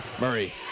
Murray